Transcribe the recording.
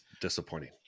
disappointing